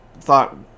thought